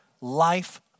life